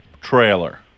trailer